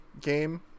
game